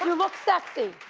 look sexy.